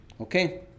Okay